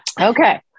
Okay